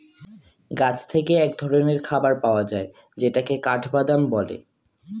গাছ থেকে এক ধরনের খাবার পাওয়া যায় যেটাকে কাঠবাদাম বলে